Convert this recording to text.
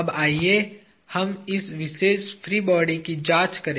अब आइए हम इस विशेष फ्री बॉडी की जाँच करें